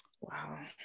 wow